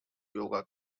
yoga